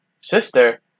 sister